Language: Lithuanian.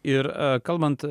ir kalbant